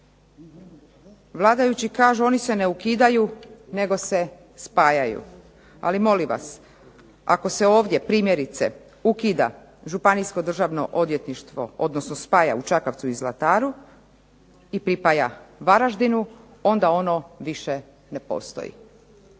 Vladajući kažu oni se ne ukidaju, nego se spajaju. Ali molim vas ako se ovdje primjerice ukida Županijsko državno odvjetništvo, odnosno spaja u Čakovcu i Zlataru i pripaja Varaždinu, onda ono više ne postoji.